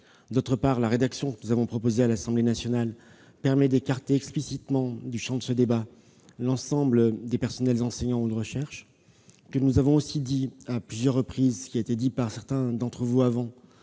d'autre part, que la rédaction que nous avons proposée à l'Assemblée nationale permet d'écarter explicitement du champ de ce débat l'ensemble des personnels enseignants ou de recherche. Nous avons en outre indiqué à plusieurs reprises- comme certains d'entre vous